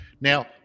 now